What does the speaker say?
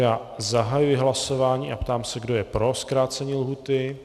Já zahajuji hlasování a ptám se, kdo je pro zkrácení lhůty.